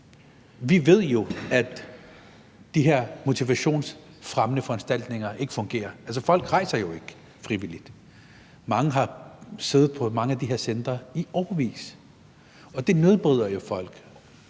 Vi ved jo, at de her motivationsfremmende foranstaltninger ikke fungerer, for folk rejser jo ikke frivilligt, mange har siddet på mange af de her centre i årevis, og det nedbryder jo folk: